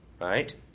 right